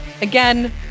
Again